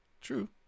true